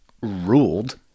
ruled